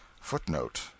Footnote